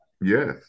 Yes